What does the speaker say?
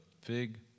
fig